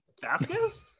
Vasquez